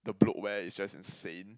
the bloatware is just insane